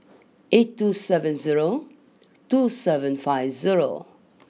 eight two seven zero two seven five zero